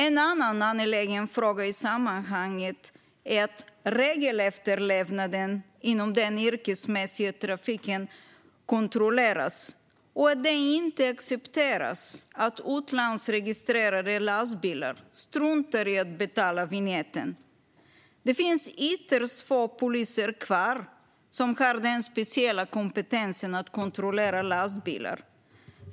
En annan angelägen fråga i sammanhanget är om regelefterlevnaden inom den yrkesmässiga trafiken kontrolleras och att det inte accepteras att utlandsregistrerade lastbilar struntar i att betala vinjetten. Det finns ytterst få poliser kvar som har den speciella kompetensen att kontrollera lastbilar.